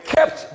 Kept